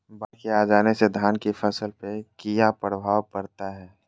बाढ़ के आ जाने से धान की फसल पर किया प्रभाव पड़ता है?